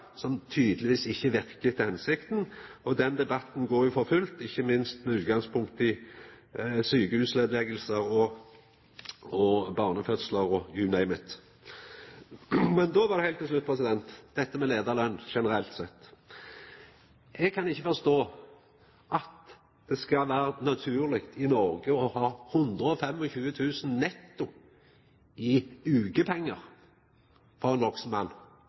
som tydelegvis ikkje verkar etter hensikta. Den debatten går jo for fullt, ikkje minst med utgangspunkt i sjukehusnedleggingar, barnefødslar – og «you name it». Så til slutt dette med leiarløn, generelt sett. Eg kan ikkje forstå at det skal vera naturleg i Noreg å ha 125 000 kr netto i